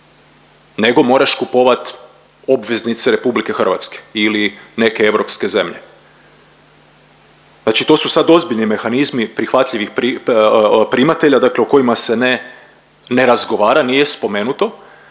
nego moraš kupovati obveznice RH ili neke europske zemlje. Znači to su sad ozbiljni mehanizmi prihvatljivih primatelja, dakle o kojima se ne razgovara nije spomenuto.